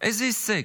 איזה הישג?